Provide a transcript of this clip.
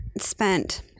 spent